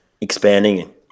expanding